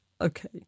Okay